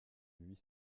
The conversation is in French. huit